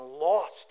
lost